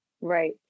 Right